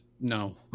no